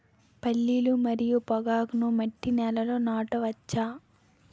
పల్లీలు మరియు పొగాకును మట్టి నేలల్లో నాట వచ్చా?